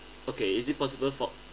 okay is it possible for